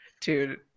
Dude